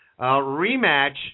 Rematch